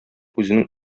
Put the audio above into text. үзенең